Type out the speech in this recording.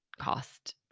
cost